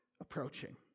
approaching